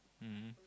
mmhmm